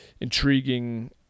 intriguing